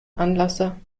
anlasser